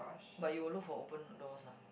but you will look for open doors ah